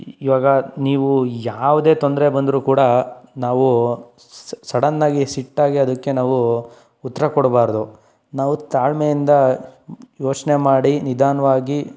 E ಇವಾಗ ನೀವು ಯಾವುದೇ ತೊಂದರೆ ಬಂದರೂ ಕೂಡ ನಾವು ಸಡನ್ನಾಗಿ ಸಿಟ್ಟಾಗಿ ಅದಕ್ಕೆ ನಾವು ಉತ್ತರ ಕೊಡಬಾರ್ದು ನಾವು ತಾಳ್ಮೆಯಿಂದ ಯೋಚನೆ ಮಾಡಿ ನಿಧಾನವಾಗಿ